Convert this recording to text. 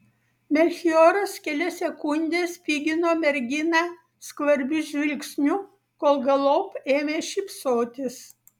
melchioras kelias sekundes spigino merginą skvarbiu žvilgsniu kol galop ėmė šypsotis